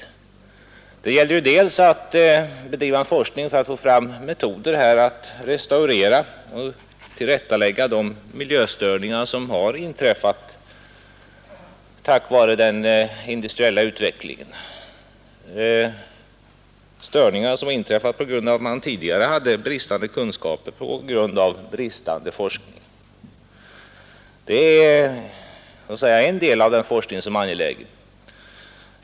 Därvid gäller det att bedriva forskning om metoder för att restaurera och tillrättalägga både de miljöstörningar som har inträffat på grund av den industriella utvecklingen och de störningar som har inträffat på grund av att man tidigare hade otillräckliga kunskaper till följd av bristande forskning. Detta är en del av den forskning som är angelägen.